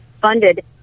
funded